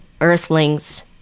earthlings